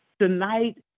Tonight